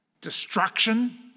destruction